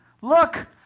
Look